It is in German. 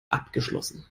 abgeschlossen